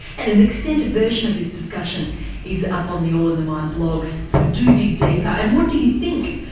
and an extended version of this discussion is up on the all in the mind blog so do dig deeper. and what do you think,